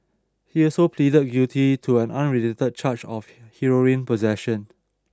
he also pleaded guilty to an unrelated charge of heroin possession